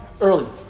early